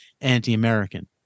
anti-American